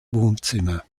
wohnzimmer